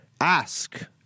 Ask